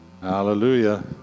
hallelujah